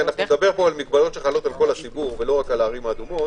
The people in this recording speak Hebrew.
ונדבר על מגבלות שחלות על כל הציבור ולא רק על ערים אדומות